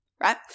Right